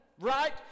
Right